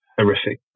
horrific